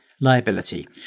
liability